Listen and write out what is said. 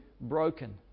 broken